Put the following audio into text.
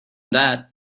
that